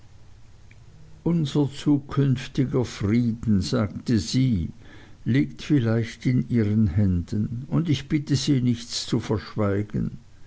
unser zukünftiger frieden sagte sie liegt vielleicht in ihren händen und ich bitte sie nichts zu verschweigen